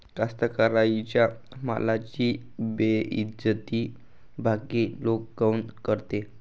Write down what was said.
कास्तकाराइच्या मालाची बेइज्जती बाकी लोक काऊन करते?